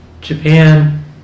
Japan